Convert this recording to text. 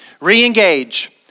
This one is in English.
Re-engage